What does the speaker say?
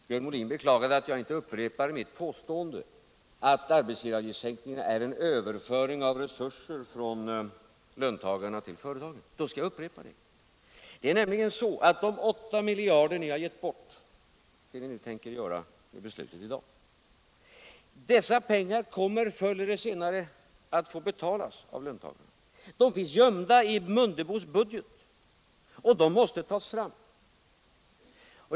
Herr talman! Björn Molin beklagade att jag inte upprepade mitt påstående att sänkningen av arbetsgivaravgiften är en överföring av resurser från löntagarna till företagen. Då skall jag upprepa det. Det är nämligen så att de 8 miljarder, som ni tänker ge bort genom beslutet i dag, kommer förr eller senare att få betalas av löntagarna. Dessa pengar finns gömda i herr Mundebos budgetunderskott, och de måste tas fram.